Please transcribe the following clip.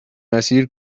مسیر